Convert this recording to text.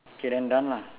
okay then done lah